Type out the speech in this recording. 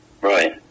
Right